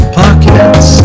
pockets